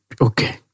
Okay